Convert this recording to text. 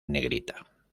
negrita